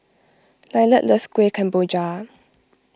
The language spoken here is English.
Lillard loves Kuih Kemboja